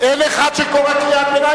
אין אחד שקורא קריאת ביניים,